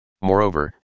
Moreover